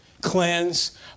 cleanse